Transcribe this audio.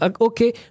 okay